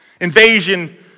invasion